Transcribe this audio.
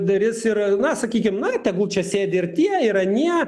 duris ir na sakykim na tegul čia sėdi ir tie ir anie